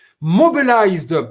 mobilized